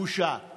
בושה, בושה.